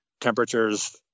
temperatures